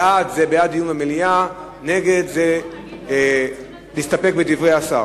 בעד דיון במליאה, נגד, להסתפק בדברי השר,